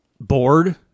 bored